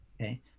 Okay